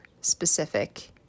specific